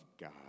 God